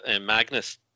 Magnus